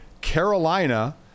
Carolina